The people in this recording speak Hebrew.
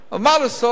ומה לעשות,